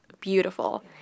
beautiful